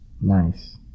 Nice